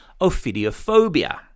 ophidiophobia